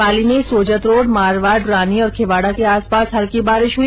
पाली में सोजत रोड़ मारवाड रानी और खिंवाड़ा के आसपास हल्की बारिश हुई